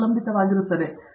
ಪ್ರತಾಪ್ ಹರಿಡೋಸ್ ಸರಿ